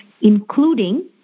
including